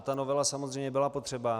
Ta novela samozřejmě byla potřeba.